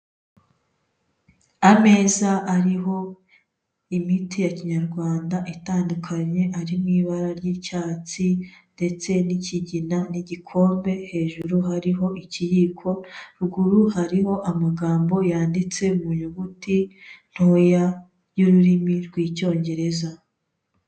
Amaza ariho imiti itandukanye ya Kinyarwanda itandukanye harimo ibara ry'icyatsi ndetse n'ikigina n'igikombe hejuru hariho ikiyiko, ruguru hariho amagambo yanditse mu nyuguti ntoya y'ururimi rw'Icyongereza.